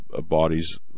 bodies